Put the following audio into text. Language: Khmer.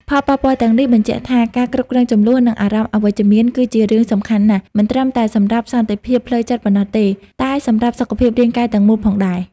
ផលប៉ះពាល់ទាំងនេះបញ្ជាក់ថា ការគ្រប់គ្រងជម្លោះ និងអារម្មណ៍អវិជ្ជមាន គឺជារឿងសំខាន់ណាស់មិនត្រឹមតែសម្រាប់សន្តិភាពផ្លូវចិត្តប៉ុណ្ណោះទេ តែសម្រាប់សុខភាពរាងកាយទាំងមូលផងដែរ។